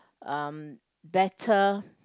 um better